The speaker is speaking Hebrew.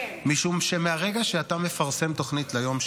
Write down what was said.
משום שמהרגע שאתה מפרסם תוכנית ליום שאחרי,